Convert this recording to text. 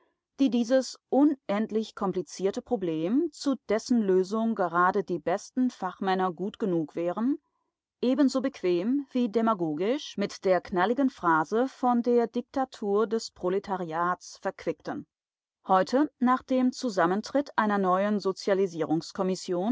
die dieses unendlich komplizierte problem zu dessen lösung gerade die besten fachmänner gut genug wären ebenso bequem wie demagogisch mit der knalligen phrase von der diktatur des proletariats verquickten heute nach dem zusammentritt einer neuen